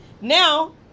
Now